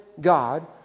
God